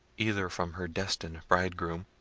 either from her destined bridegroom,